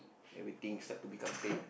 everything start to become pain